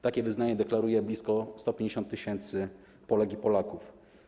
Takie wyznanie deklaruje blisko 150 tys. Polek i Polaków.